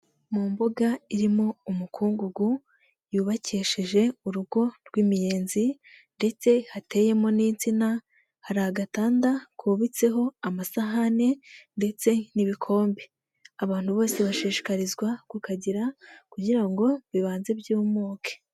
Mu mbuga irimo umukungugu yubakishije urugo rw'imiyenzi ndetse hateyemo n'insina, hari agatanda kubitseho amasahane ndetse n'ibikombe, abantu bose bashishikarizwa kukagira kugira ngo bibanze byumuke.